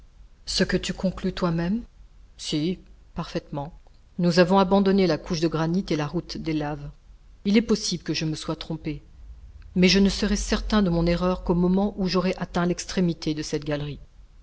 ce que tu conclus toi-même si parfaitement nous avons abandonné la couche de granit et la route des laves il est possible que je me sois trompé mais je ne serai certain de mon erreur qu'au moment où j'aurai atteint l'extrémité de cette galerie